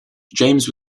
james